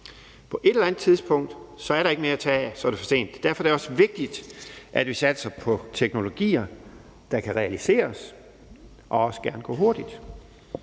På et eller andet tidspunkt er der ikke mere at tage af; så er det for sent. Derfor er det også vigtigt, at vi satser på teknologier, der kan realiseres, og at det også gerne kan gå hurtigt.